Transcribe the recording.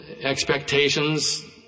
expectations